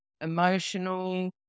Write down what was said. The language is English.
emotional